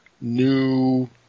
new